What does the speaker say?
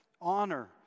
honor